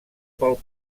pel